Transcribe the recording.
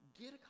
Get